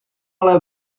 ale